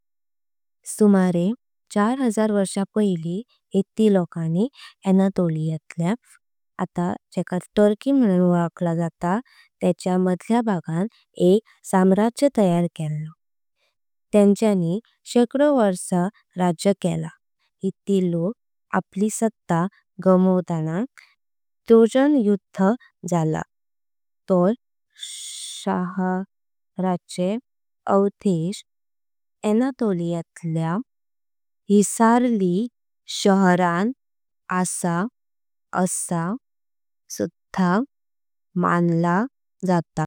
सुमारे चार हजार वर्षां पायली हित्ती लोका नी अनाटोलिया। तळया आता तुर्की म्हाणण वळखला जाता त्याच्या मध्यया। भागां एक साम्राज्य तयार केला त्यांच्यानी शेकडो वर्षां। राज्य केला हित्ती लोक आपली सत्ता गमवो ताणा ट्रोजन। युद्ध जाळा तोय शहाऱाचे अवधेश। अनाटोलिया तळया हिस्सारलिक शहाऱां अ्स असा म्हाणला जाता।